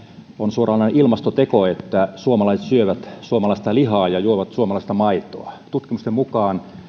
on suoranainen ilmastoteko että suomalaiset syövät suomalaista lihaa ja juovat suomalaista maitoa tutkimusten mukaan